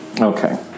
Okay